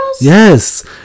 Yes